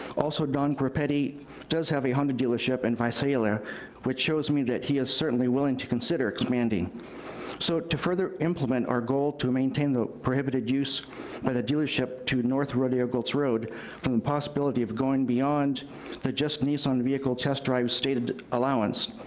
also, don groppetti does have a honda dealership in and visalia, which show me that he is certainly willing to consider expanding so, to further implement our goal to maintain the prohibited use by the dealership to north rodeo gulch road from the possibility of going beyond the just nissan vehicle test drive stated allowance,